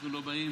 אנחנו לא באים?